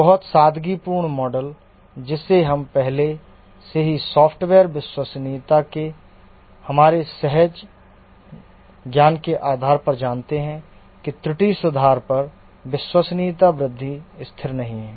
बहुत सादगीपूर्ण मॉडल जिसे हम पहले से ही सॉफ़्टवेयर विश्वसनीयता के हमारे सहज ज्ञान के आधार पर जानते हैं कि त्रुटि सुधार पर विश्वसनीयता वृद्धि स्थिर नहीं है